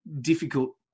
difficult